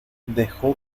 dejó